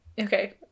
Okay